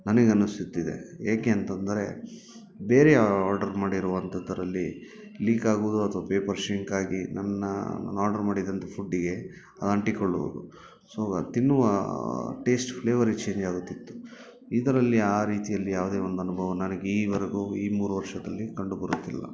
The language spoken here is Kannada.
ನನಗನಿಸುತ್ತಿದೆ ಏಕೆ ಅಂತ ಅಂದರೆ ಬೇರೆ ಯಾರೋ ಆರ್ಡರ್ ಮಾಡಿರುವಂಥದ್ದರಲ್ಲಿ ಲೀಕ್ ಆಗುವುದು ಅಥವಾ ಪೇಪರ್ ಶೇಕಾಗಿ ನನ್ನ ನಾನು ಆರ್ಡರ್ ಮಾಡಿದಂಥ ಫುಡ್ಡಿಗೆ ಅಂಟಿಕೊಳ್ಳುವುದು ಸೊ ತಿನ್ನುವ ಟೇಸ್ಟ್ ಫ್ಲೇವರ್ ರುಚಿಯಲ್ಲಿ ಆಗುತ್ತಿತ್ತು ಇದರಲ್ಲಿ ಆ ರೀತಿಯಲ್ಲಿ ಯಾವುದೇ ಒಂದು ಅನುಭವ ನನಗೆ ಈವರೆಗೂ ಈ ಮೂರು ವರ್ಷದಲ್ಲಿ ಕಂಡು ಬರುತ್ತಿಲ್ಲ